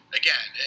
again